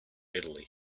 italy